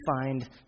find